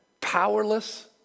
powerless